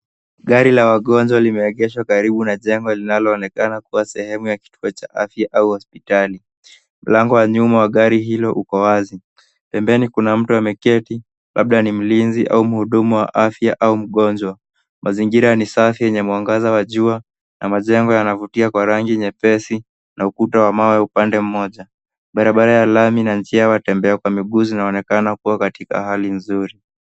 Gari la wagonjwa limeegeshwa karibu na jengo linaloonekana kuwa sehemu ya kituo cha afya au hospitali. Mlango wa nyuma wa gari hilo uko wazi. Pembeni kuna mtu ameketi, labda ni mlinzi au mhudumu wa afya au mgonjwa. Mazingira ni safi yenye mwangaza wa jua na majengo yanavutia kwa rangi nyepesi na ukuta wa mawe upande mmoja. Barabara ya lami na njia ya watembea kwa miguu zinaonekana kuwa katika hali nzuri.